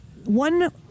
one